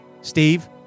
Steve